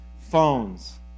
phones